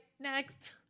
next